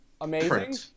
amazing